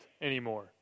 anymore